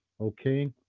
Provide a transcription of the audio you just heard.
Okay